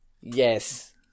Yes